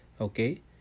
okay